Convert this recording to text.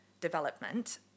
development